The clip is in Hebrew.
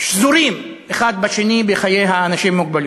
ששזורים אחד בשני בחיי האנשים עם מוגבלויות: